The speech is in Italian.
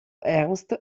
ernst